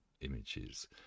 images